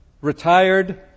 retired